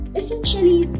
essentially